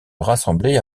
rassemblée